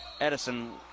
Edison